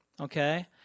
okay